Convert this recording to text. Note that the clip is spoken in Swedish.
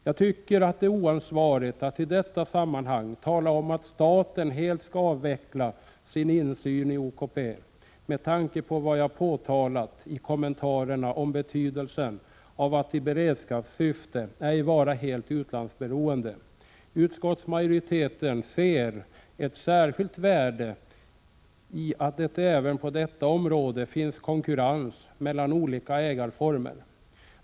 Jag tycker det är oansvarigt att i detta sammanhang tala om att staten helt skall avveckla sin insyn i OKP med tanke på vad jag påtalat i kommentarerna om betydelsen av att i beredskapssyfte ej vara helt utlandsberoende. Vi i utskottsmajoriteten ser ett särskilt värde i att det även på detta område finns konkurrens mellan olika ägarformer.